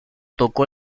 tocó